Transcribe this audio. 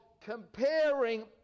comparing